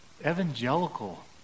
evangelical